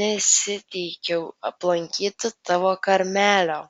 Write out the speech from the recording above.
nesiteikiau aplankyti tavo karmelio